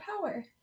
Power